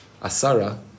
asara